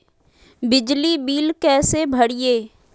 बिजली बिल कैसे भरिए?